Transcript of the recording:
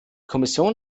kommission